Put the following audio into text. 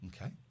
Okay